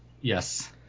Yes